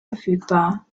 verfügbar